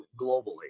globally